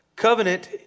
Covenant